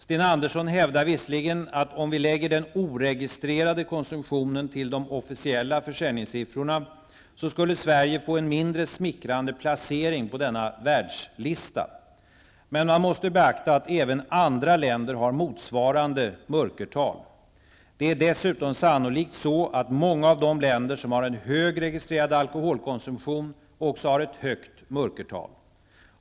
Sten Andersson hävdar visserligen att om vi lägger den oregistrerade konsumtionen till de officiella försäljningssiffrorna, så skulle Sverige få en mindre smickrande placering på denna Men man måste beakta att även andra länder har motsvarande mörkertal. Det är dessutom sannolikt så, att många av de länder som har en hög registrerad alkoholkonsumtion också har ett högt mörkertal.